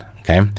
Okay